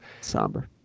somber